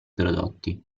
prodotti